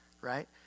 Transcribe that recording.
right